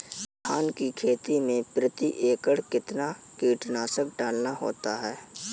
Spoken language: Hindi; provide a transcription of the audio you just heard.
धान की खेती में प्रति एकड़ कितना कीटनाशक डालना होता है?